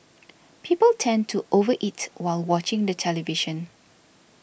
people tend to over eat while watching the television